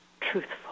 truthful